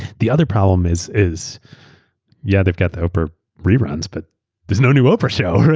the other problem is is yeah, they got the oprah reruns but there's no new oprah show.